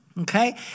Okay